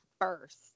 first